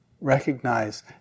recognize